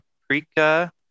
paprika